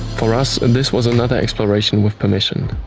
for us, and this was another exploration with permission.